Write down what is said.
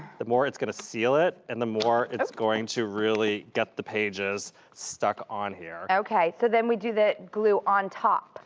the more it's gonna seal it. and the more it's going to really get the pages stuck on here, okay. so then we do the glue on top?